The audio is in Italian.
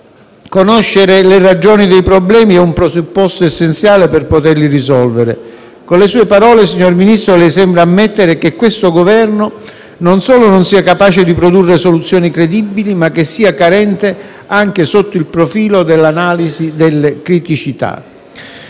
Conoscere le ragioni dei problemi è un presupposto essenziale per poterli risolvere. Con le sue parole, signor Ministro, lei sembra ammettere che questo Governo non solo non sia capace di produrre soluzioni credibili, ma che sia carente anche sotto il profilo dell'analisi delle criticità.